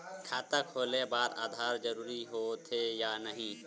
खाता खोले बार आधार जरूरी हो थे या नहीं?